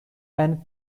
and